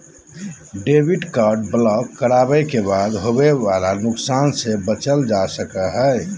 debit card block करावे के बाद होवे वाला नुकसान से बचल जा सको हय